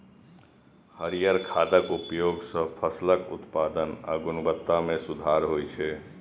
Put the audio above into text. हरियर खादक उपयोग सं फसलक उत्पादन आ गुणवत्ता मे सुधार होइ छै